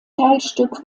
teilstück